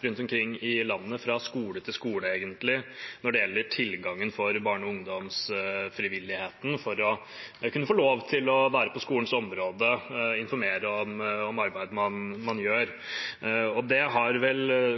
rundt omkring i landet, egentlig fra skole til skole, når det gjelder tilgangen for barne- og ungdomsfrivilligheten til å kunne få lov til å være på skolens område og informere om arbeid man gjør. Det